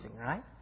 right